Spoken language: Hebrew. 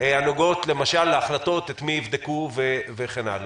הנוגעות למשל להחלטות את מי יבדקו וכן הלאה.